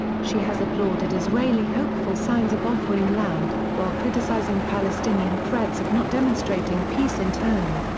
she has applauded israeli hopeful signs of offering land, while criticizing palestinian threats of not demonstrating peace in turn.